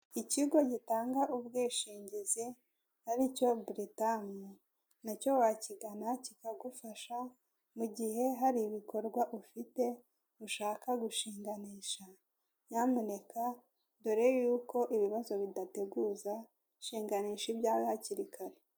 SONARWA ni ikigo kimaze igihe kinini hano mu Rwanda cy’ubwishingizi, shinganisha amashuri y'abana bawe cyangwa ubuzima ndetse ushinganishe n'inyubako zawe cyangwa ibinyabiziga.